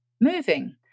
moving